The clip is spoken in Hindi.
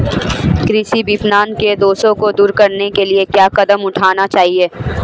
कृषि विपणन के दोषों को दूर करने के लिए क्या कदम उठाने चाहिए?